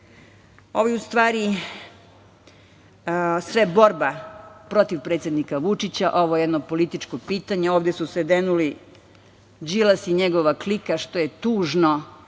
je u stvari sve borba protiv predsednika Vučića, ovo je jedno političko pitanje, ovde su se denuli Đilas i njegova klika, što je tužno.